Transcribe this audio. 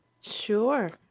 Sure